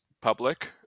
public